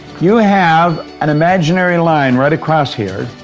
you have an imaginary line right across here,